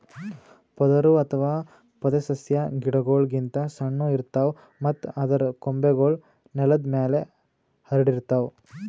ಪೊದರು ಅಥವಾ ಪೊದೆಸಸ್ಯಾ ಗಿಡಗೋಳ್ ಗಿಂತ್ ಸಣ್ಣು ಇರ್ತವ್ ಮತ್ತ್ ಅದರ್ ಕೊಂಬೆಗೂಳ್ ನೆಲದ್ ಮ್ಯಾಲ್ ಹರ್ಡಿರ್ತವ್